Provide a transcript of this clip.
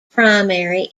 primary